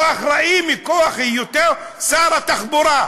הוא האחראי מכוח היותו שר התחבורה.